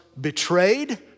betrayed